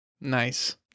Nice